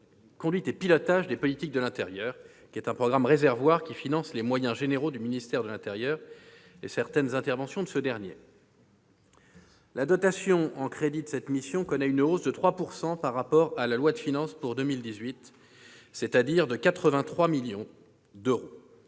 Conduite et pilotage des politiques de l'intérieur », programme « réservoir » qui finance les moyens généraux du ministère de l'intérieur et certaines de ses interventions. La dotation en crédits de cette mission connaît une hausse de 3 % par rapport à la loi de finances pour 2018, soit 83 millions d'euros.